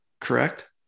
correct